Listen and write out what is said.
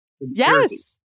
Yes